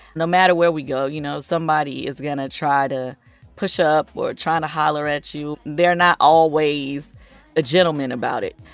no matter where we go, you know, somebody is going to try to push up or try and to holler at you. they're not always a gentleman about it.